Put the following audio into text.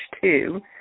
two